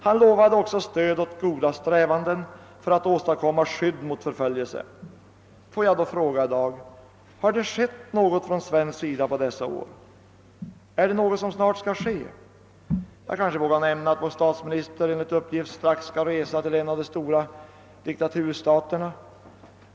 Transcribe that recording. Han lovade också stöd åt goda strävanden för att åstadkomma skydd mot förföljelse. Får jag då fråga i dag: Har det skett något från svensk sida under dessa år och är det något som skall äga rum? Jag kanske vågar nämna alt vår statsminister enligt uppgift snart skall resa till en av de stora diktaturstaterna.